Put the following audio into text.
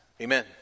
Amen